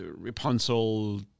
Rapunzel